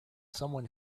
someone